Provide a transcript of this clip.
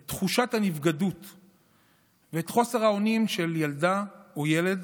את תחושת הנבגדות ואת חוסר האונים של ילדה או ילד